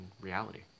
reality